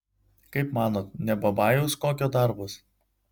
kaip manot ne babajaus kokio darbas